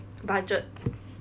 budget